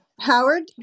Howard